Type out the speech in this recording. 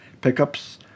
pickups